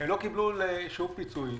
הן לא קיבלו שום פיצוי.